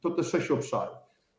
To te sześć obszarów.